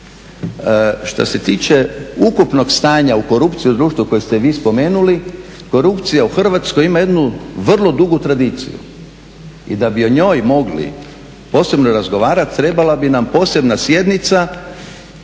Što se tiče ukupnog stanja u korupciji u društvu koje ste vi spomenuli korupcija u Hrvatskoj ima jednu vrlo dugu tradiciju. I da bi o njoj mogli posebno razgovarati trebala bi nam posebna sjednica,